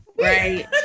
right